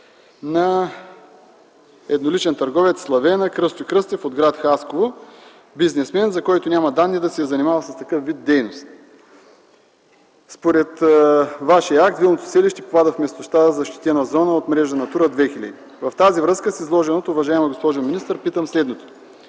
на едноличен търговец „Славена – Кръстю Кръстев”, от гр. Хасково – бизнесмен, за който няма данни да се е занимавал с такъв вид дейност. Според Вашия акт вилното селище попада в местността, защитена зона от мрежа „Натура 2000”. В тази връзка и с изложеното, уважаема госпожо министър, питам следното: